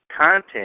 content